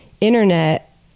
internet